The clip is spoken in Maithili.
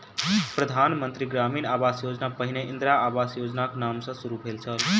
प्रधान मंत्री ग्रामीण आवास योजना पहिने इंदिरा आवास योजनाक नाम सॅ शुरू भेल छल